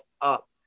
up